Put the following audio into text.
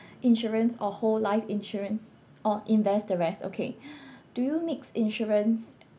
insurance or whole life insurance or invest the rest okay do you mix insurance